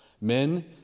Men